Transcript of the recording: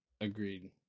Agreed